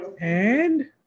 and-